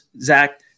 Zach